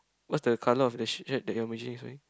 what's the colour of the shirt that your magician is wearing